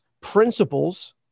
principles